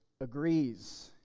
agrees